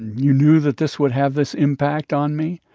you knew that this would have this impact on me,